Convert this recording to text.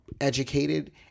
educated